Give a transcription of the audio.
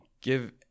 give